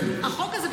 החוק הזה,